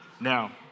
now